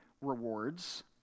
rewards